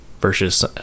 versus